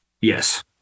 Yes